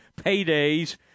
paydays